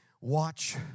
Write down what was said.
watch